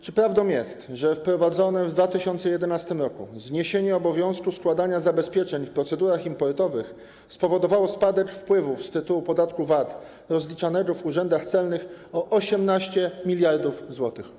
Czy prawdą jest, że wprowadzone w 2011 r. zniesienie obowiązku składania zabezpieczeń w procedurach importowych spowodowało spadek wpływów z tytułu podatku VAT rozliczanego w urzędach celnych o 18 mld zł?